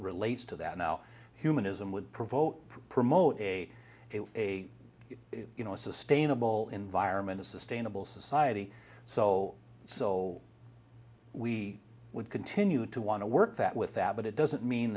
relates to that now humanism would provoke promote a a you know a sustainable environment a sustainable society so so we would continue to want to work that with that but it doesn't mean